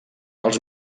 els